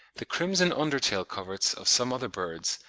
the crimson under tail-coverts of some other birds,